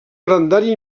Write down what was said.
grandària